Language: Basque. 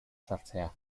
sartzea